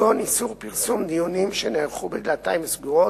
כגון איסור פרסום דיונים שנערכו בדלתיים סגורות,